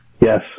Yes